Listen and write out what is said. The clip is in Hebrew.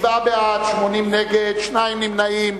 שבעה בעד, 80 נגד, שניים נמנעים.